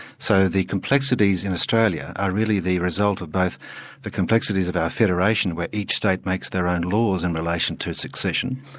so the complexities in australia are really the result of both the complexities of our federation where each state makes their own laws in relation to succession.